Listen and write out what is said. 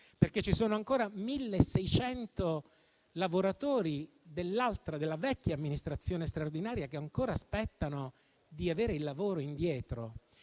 persone? Ci sono ancora 1.600 lavoratori della vecchia amministrazione straordinaria infatti che ancora aspettano di avere il lavoro indietro.